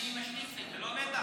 אני משליט סדר.